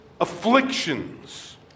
afflictions